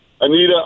Anita